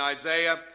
Isaiah